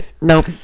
Nope